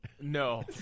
No